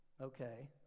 okay